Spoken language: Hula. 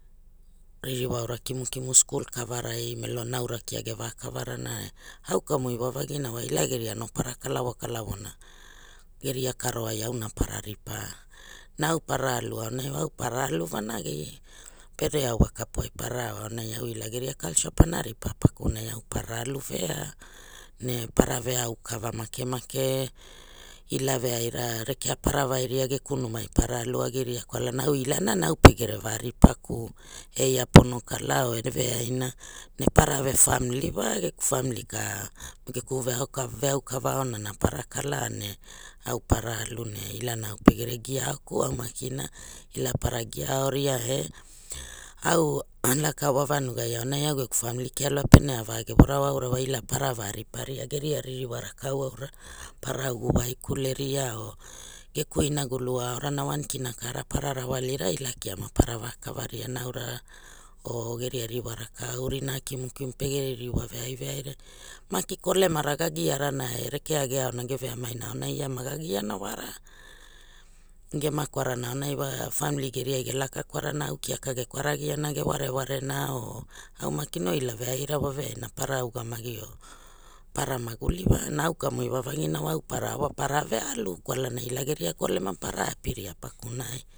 Ririwa aura kimukimu skul kavarai melo naura kia ge vakoava rana eh aukamu iwavagina wa ila gerial anopara kalavo kalavo na gerial karoai auna para ripa na au para alu aunai wa au para alu vanagi pere au wa kapuai para ao aunai au ila geria culture pana ripa pakunai au para alu veano a para veaukava makemake ila veaira rekea para vairia geku numai para alu agiria kwalana au ila na na ne au pegere varipaku, eia pono kala or neveaina ne para ve famili wa geku famili ka geku veaokava aonana para kala ne au para alu ne ilana au pegere gia auku au makina ila para gia auria eh au ana laka wa vanugai aunai au geku famili kea lua pene avagevora wa ila para varipa ria geria ririwa rakau aura para uga waikule ria or geku inagulu aorana wan kina kara para rawalira ila kia ma para kavaria naura or geria ririwa rakau rina kimukimu pege ririwa veai veaira maki kolemara ga giarava eh rekea ge aona ge veaniaina aonai ga giana wara geria kwarana aunai wa famili geria gelaka kwarana au kiaka ge kwara agiana ge wareware na or au maki no ila veaira waveaira para ulamagi or para maguli wa na au kamu iwavagina wa au para ao para ve alu kwalana ila geria kolema para apiria pakunai.